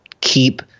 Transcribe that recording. keep